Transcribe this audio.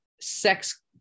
sex